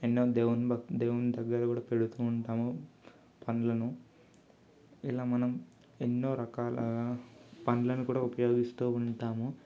ఎన్నో దేవుని దేవుని దగ్గర కూడా పెడుతూ ఉంటాము పండ్లను ఇలా మనం ఎన్నో రకాల పండ్లను కూడా ఉపయోగిస్తూ ఉంటాము